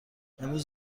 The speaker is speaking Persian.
امروز